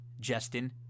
Justin